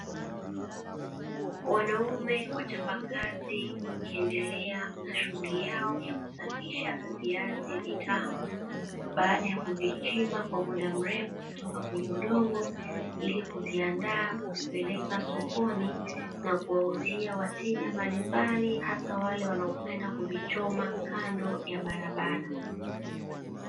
Wanaume wachapakazi wakiendelea na shughuli yao ya kusafisha viazi vitamu baada ya kuvichimba kwa mda mrefu kutoka kwenye udongo, ilikuviandaa kuvipeleka sokoni na kuwauzia wateja mbalimbali hasa wale wanaopenda kuvichoma kando ya barabara.